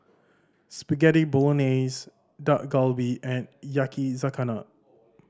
Spaghetti Bolognese Dak Galbi and Yakizakana